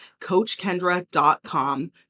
coachkendra.com